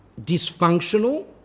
dysfunctional